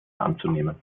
anzunehmen